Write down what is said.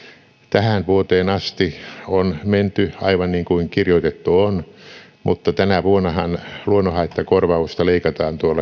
tähän vuoteen asti on menty aivan niin kuin kirjoitettu on mutta tänä vuonnahan luonnonhaittakorvausta leikataan tuollainen